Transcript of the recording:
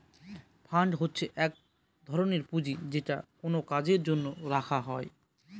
fund হচ্ছে এক ধরনের পুঁজি যেটা কোনো কাজের জন্য রাখা হয়